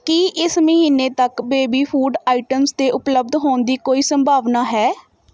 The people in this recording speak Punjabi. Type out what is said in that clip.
ਕੀ ਇਸ ਮਹੀਨੇ ਤੱਕ ਬੇਬੀ ਫੂਡ ਆਇਟਮਸ ਤੇ ਉਪਲਬਧ ਹੋਣ ਦੀ ਕੋਈ ਸੰਭਾਵਨਾ ਹੈ